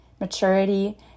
maturity